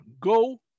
go